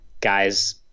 guys